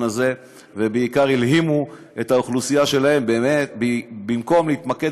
הזה ובעיקר הלהימו את האוכלוסייה שלהם במקום להתמקד